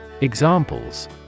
Examples